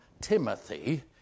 Timothy